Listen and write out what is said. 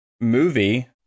movie